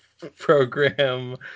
program